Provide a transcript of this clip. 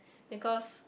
because